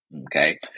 Okay